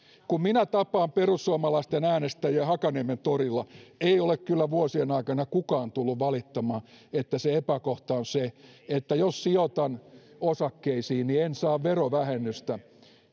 kun minä tapaan perussuomalaisten äänestäjiä hakaniementorilla ei ole kyllä vuosien aikana kukaan tullut valittamaan että se epäkohta on se että jos sijoitan osakkeisiin niin en saa verovähennystä